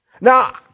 Now